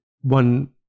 one